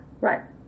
Right